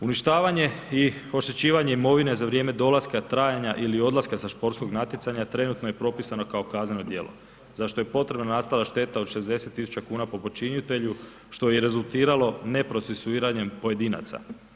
Uništavanje i oštećivanje imovine za vrijeme dolaska, trajanja ili odlaska sa sportskog natjecanja trenutno je propisano kao kazneno djelo za što je potrebna nastala šteta od 60.000 kuna po počinitelju što je i rezultiralo neprocesuiranjem pojedinaca.